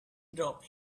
dropped